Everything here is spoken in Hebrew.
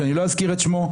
שאני לא אזכיר את שמו.